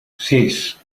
sis